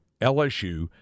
LSU